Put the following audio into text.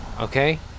okay